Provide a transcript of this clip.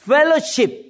Fellowship